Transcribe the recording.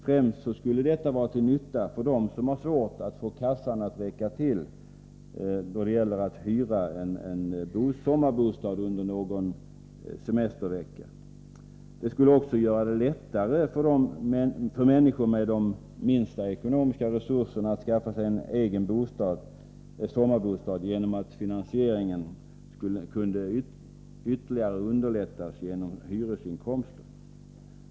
Främst skulle detta vara till nytta för dem som har svårt att få kassan att räcka till då det gäller att hyra en sommarbostad under någon semestervecka. Det skulle också göra det lättare för människor med mindre ekonomiska resurser att skaffa sig en egen sommarbostad genom att finansieringen kunde ytterligare underlättas genom hyresinkomster.